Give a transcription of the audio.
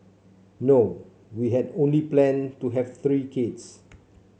no we had only planned to have three kids